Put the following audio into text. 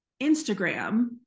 Instagram